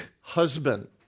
Husband